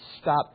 stop